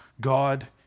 God